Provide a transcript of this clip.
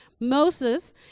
Moses